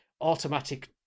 automatic